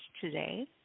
today